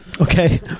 Okay